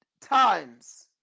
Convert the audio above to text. times